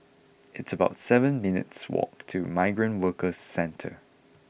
it's about seven minutes walk to Migrant Workers Centre